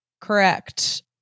Correct